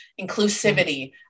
inclusivity